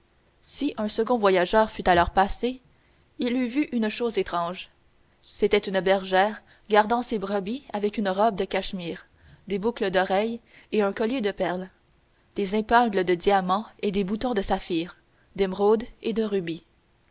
si un second voyageur fût alors passé il eût vu une chose étrange c'était une bergère gardant ses brebis avec une robe de cachemire des boucles d'oreilles et un collier de perles des épingles de diamants et des boutons de saphirs d'émeraudes et de rubis